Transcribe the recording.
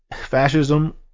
Fascism